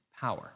power